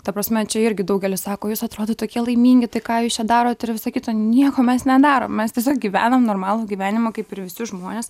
ta prasme čia irgi daugelis sako jūs atrodot tokie laimingi tai ką jūs čia darot ir visa kita nieko mes nedarom mes tiesiog gyvenam normalų gyvenimą kaip ir visi žmonės